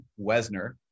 Wesner